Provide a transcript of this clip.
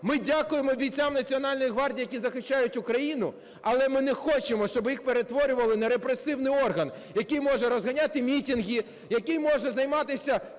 Ми дякуємо бійцям Національної гвардії, які захищають Україну, але ми не хочемо, щоб їх перетворювали на репресивний орган, який може розганяти мітинги, який може займатися